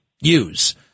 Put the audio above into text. use